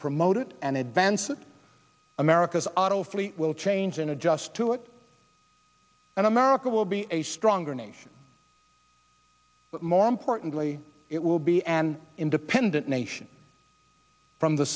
promote it and advances america's auto fleet will change and adjust to it and america will be a stronger nation but more importantly it will be an independent nation from the